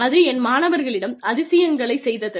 அது என் மாணவர்களிடம் அதிசயங்களைச் செய்தது